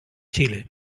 xile